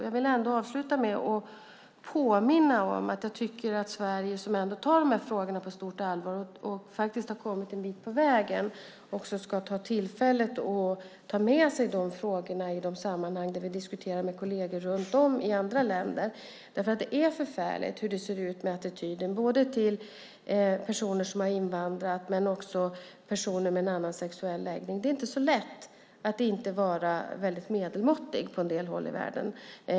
Jag vill påminna om att Sverige, som tar frågorna på stort allvar och har kommit en bit på väg, kommer att ta med dessa frågor i diskussioner med kolleger i andra länder. Det är förfärligt hur det ser ut med attityden, både till personer som har invandrat och till personer med annan sexuell läggning. På en del håll i världen är det inte lätt att tillhöra en minoritet.